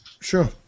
Sure